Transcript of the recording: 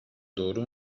doğru